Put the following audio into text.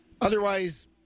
otherwise